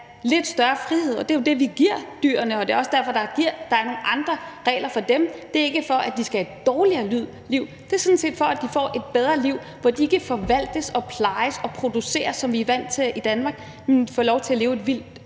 lidt større frihed, og det er også derfor, at der er nogle andre regler for dem, men det er ikke, for at de skal have et dårligere liv; det er sådan set, for at de får et bedre liv, hvor de ikke forvaltes, plejes og produceres, som vi er vant til at gøre det i Danmark, men får lov til at leve et vildt